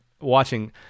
watching